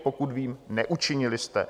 Pokud vím, neučinili jste.